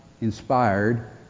inspired